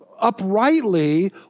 uprightly